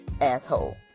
asshole